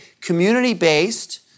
community-based